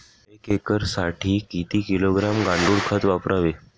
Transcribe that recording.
एक एकरसाठी किती किलोग्रॅम गांडूळ खत वापरावे?